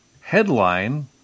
headline